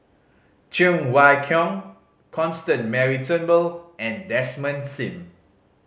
Cheng Wai Keung Constance Mary Turnbull and Desmond Sim